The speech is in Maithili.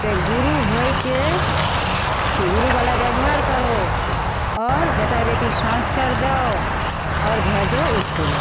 तऽ गुरु होइके गुरुवला बेवहार करहो आओर बेटा बेटीके सँस्कार दहो आओर भेजहो इसकुल